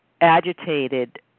agitated